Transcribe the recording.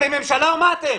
אתם ממשלה או מה אתם?